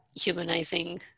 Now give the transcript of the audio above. humanizing